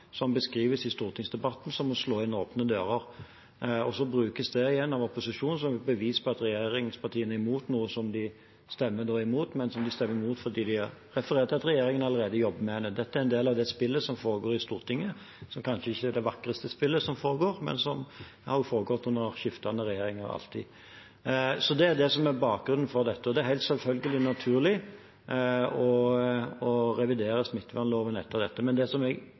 som beskrives i stortingsdebatter som å slå inn åpne dører. Så brukes det igjen av opposisjonen som et bevis på at regjeringspartiene er imot noe som de stemmer imot, men som de stemmer imot fordi de refererer til at regjeringen allerede jobber med det. Dette er en del av det spillet som foregår i Stortinget. Det er kanskje ikke det vakreste spillet som foregår, men det har alltid foregått under skiftende regjeringer. Det er det som er bakgrunnen for dette. Det er helt selvfølgelig og naturlig å revidere smittevernloven etter dette. Men det som jeg